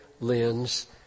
lens